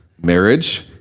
marriage